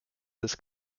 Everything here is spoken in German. des